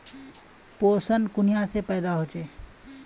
पोषण कुनियाँ से पैदा होचे?